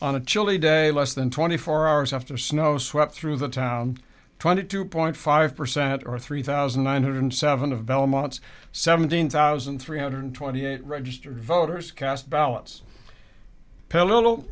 on a chilly day less than twenty four hours after snow swept through the town twenty two point five percent or three thousand nine hundred seven of belmont's seventeen thousand three hundred twenty eight registered voters cast ballots